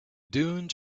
dunes